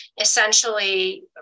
essentially